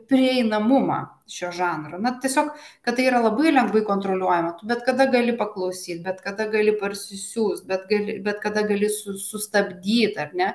prieinamumą šio žanro na tiesiog kad tai yra labai lengvai kontroliuojama tu bet kada gali paklausyt bet kada gali parsisiųst bet gali bet kada gali su sustabdyti ar ne